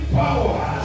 power